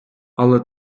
але